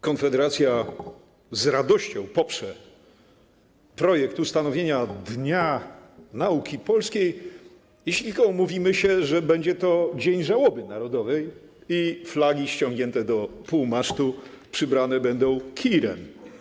Konfederacja z radością poprze projekt dotyczący ustanowienia Dnia Nauki Polskiej, jeśli tylko umówimy się, że będzie to dzień żałoby narodowej i flagi ściągnięte do połowy masztu przybrane będą kirem.